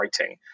writing